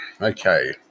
Okay